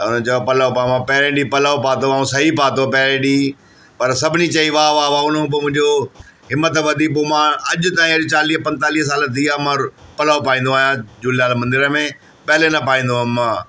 त चयो पलो पावां पहिरें ॾींहुं पलव पातो ऐं सही पातो पहिरे ॾींहुं पर सभिनी चई वा वा वा हुन खां पोइ मुंहिंजो हिम्मत वधी पोइ मां अॼु ताईं अहिड़ी चालीह पंजतालीह साल थी विया मां पलव पाईंदो आहियां झूलेलाल मंदर में पहले न पाईंदो हुअमि मां